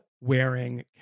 wearing